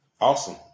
Awesome